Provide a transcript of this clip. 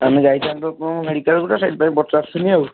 ଆମେ ଯାଇଥାଆନ୍ତୁ ଆପଣଙ୍କ ମେଡ଼ିକାଲ ଗୋଟେ ସେଥିପାଇଁ ପଚାରୁଥିଲି ଆଉ